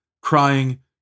crying